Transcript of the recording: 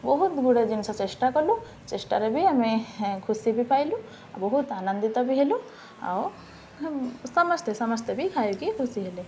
ବହୁତ ଗୁଡ଼େ ଜିନିଷ ଚେଷ୍ଟା କଲୁ ଚେଷ୍ଟାରେ ବି ଆମେ ଖୁସି ବି ପାଇଲୁ ଆଉ ବହୁତ ଆନନ୍ଦିତ ବି ହେଲୁ ଆଉ ସମସ୍ତେ ସମସ୍ତେ ବି ଖାଇକି ଖୁସି ହେଲେ